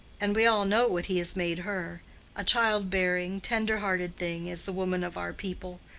and we all know what he has made her a child-bearing, tender-hearted thing is the woman of our people.